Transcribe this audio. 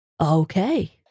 okay